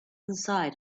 inside